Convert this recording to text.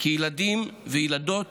כי ילדים וילדות